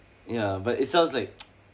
ya but it sounds like